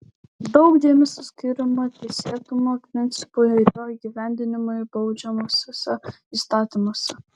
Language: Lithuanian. daug dėmesio skiriama teisėtumo principui ir jo įgyvendinimui baudžiamuosiuose įstatymuose